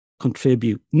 contribute